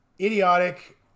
idiotic